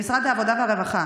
במשרד העבודה והרווחה,